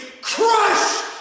crush